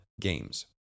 games